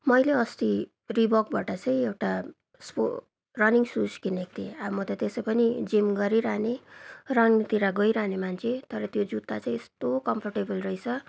मैले अस्ति रिबोकबाट चाहिँ एउटा स्पो रनिङ सुज किनेको थिएँ अब म त त्यसै पनि जिम गरिरहने रनिङतिर गइरहने मान्छे तर त्यो जुत्ता चाहिँ यस्तो कम्फर्टेबल रहेछ